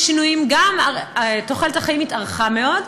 שינויים: גם תוחלת החיים התארכה מאוד,